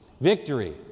Victory